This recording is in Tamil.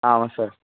ஆமாம் சார்